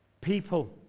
people